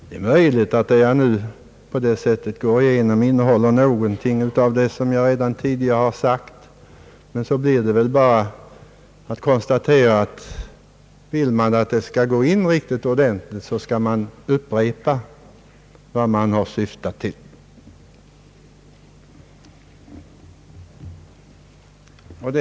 Det är möjligt att jag, när jag nu går igenom anteckningarna, kommer att beröra något som jag har sagt tidigare, men i så fall blir det väl bara att konstatera att vill man att det skall gå in riktigt ordentligt, så skall man upprepa vad man har syftat till.